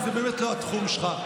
כי זה באמת לא התחום שלך.